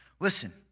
Listen